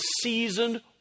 seasoned